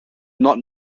not